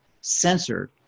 censored